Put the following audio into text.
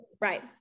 right